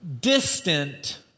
distant